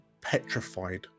petrified